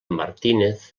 martínez